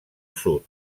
sud